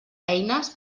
eines